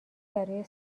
برای